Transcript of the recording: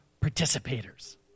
participators